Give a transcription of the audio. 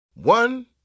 One